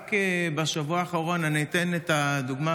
רק בשבוע האחרון, אני אתן את הדוגמה